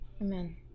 Amen